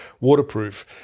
waterproof